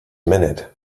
minute